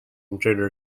intruders